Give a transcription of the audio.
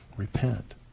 repent